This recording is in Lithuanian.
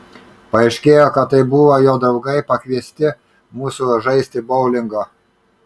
paaiškėjo kad tai buvo jo draugai pakviesti mūsų žaisti boulingo